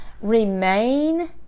remain